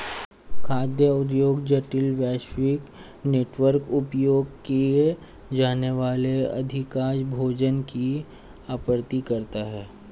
खाद्य उद्योग जटिल, वैश्विक नेटवर्क, उपभोग किए जाने वाले अधिकांश भोजन की आपूर्ति करता है